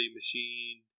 machine